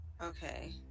Okay